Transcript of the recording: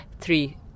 three